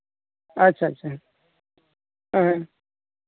ᱟᱪᱪᱷᱟ ᱟᱪᱪᱷᱟ ᱟᱪᱪᱷᱟ ᱦᱚᱸ